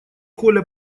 коля